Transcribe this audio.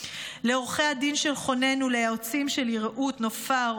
לעורכי הדין של חוננו, ליועצים שלי, רעות, נופר,